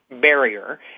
barrier